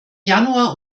januar